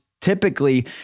typically